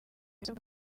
isabwa